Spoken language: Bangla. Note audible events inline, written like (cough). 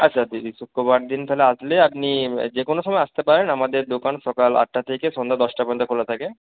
আচ্ছা দিদি শুক্রবার দিন তাহলে আসলে আপনি (unintelligible) যে কোনো সময় আসতে পারেন আমাদের দোকান সকাল আটটা থেকে সন্ধ্যা দশটা পর্যন্ত খোলা থাকে